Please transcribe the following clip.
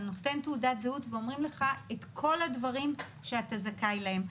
אתה נותן תעודת זהות ואומרים לך את כל הדברים שאתה זכאי להם.